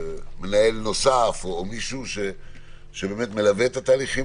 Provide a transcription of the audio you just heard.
מנהל נוסף או מישהו שמלווה את התהליכים